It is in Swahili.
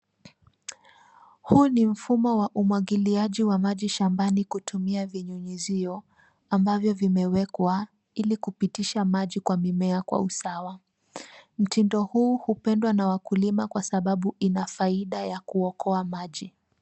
Huu ni mfumo wa umwagiliaji wa maji shambani kutumia vinyunyizio, ambavyo vimewekwa, ili kupitisha maji kwa mimea kwa usawa. Mtindo huu hupendwa na wakulima kwa sababu ina faida ya kuokoa maji.